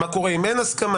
מה קורה אם אין הסכמה.